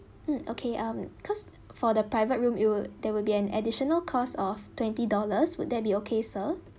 mm okay um because for the private room it would there would be an additional cost of twenty dollars would that be okay sir